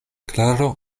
klaro